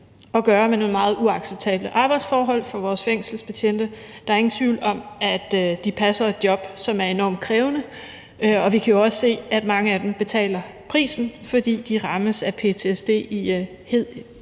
at gøre med nogle meget uacceptable arbejdsforhold for vores fængselsbetjente. Der er ingen tvivl om, at de passer et job, som er enormt krævende, og vi kan jo også se, at mange af dem betaler prisen, fordi de rammes af ptsd i en